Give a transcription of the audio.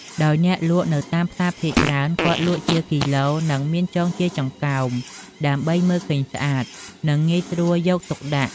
ដោយអ្នកលក់នៅតាមផ្សារភាគច្រើនគាត់លក់ជាគីឡូនិងមានចងជាចង្កោម ដើម្បីមើលឃើញស្អាតនិងងាយស្រួលយកទុកដាក់។